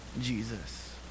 Jesus